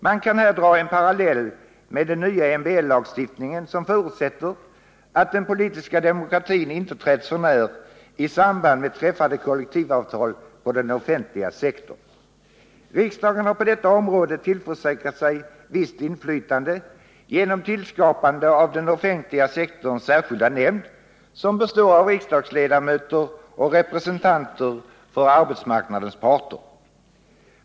Man kan här dra en parallell med den nya MBL lagstiftningen, som förutsätter att den politiska demokratin inte träds förnär i samband med träffade kollektivavtal inom den offentliga sektorn. Riksdagen har på detta område tillförsäkrat sig ett visst inflytande genom tillskapandet av den offentliga sektorns särskilda nämnd, som består av riksdagsledamöter och representanter för arbetsmarknadens parter.